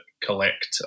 collect